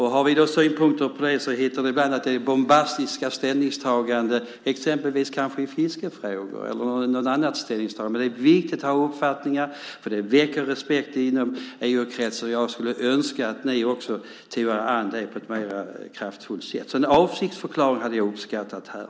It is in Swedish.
Har vi då synpunkter på det heter det ibland att det är bombastiska ställningstaganden, exempelvis i fiskefrågor eller när vi gör något annat ställningstagande. Men det är viktigt att ha uppfattningar, för det väcker respekt inom EU-kretsen. Jag skulle önska att ni också tog er an det på ett mer kraftfullt sätt. En avsiktsförklaring hade jag uppskattat här.